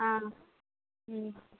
ஆ ம்